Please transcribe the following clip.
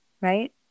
right